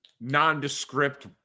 nondescript